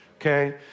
okay